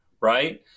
Right